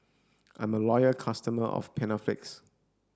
I'm a loyal customer of Panaflex